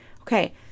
Okay